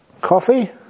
Coffee